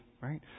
right